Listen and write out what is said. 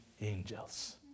angels